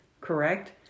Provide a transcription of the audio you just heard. correct